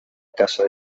casa